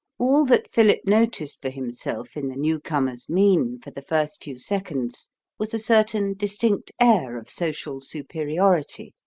all that philip noticed for himself in the newcomer's mien for the first few seconds was a certain distinct air of social superiority,